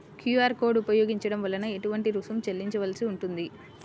QR code ఉపయోగించటం వలన ఏటువంటి రుసుం చెల్లించవలసి ఉంటుంది?